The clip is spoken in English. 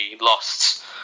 lost